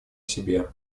себе